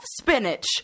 spinach